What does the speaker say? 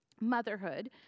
Motherhood